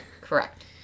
Correct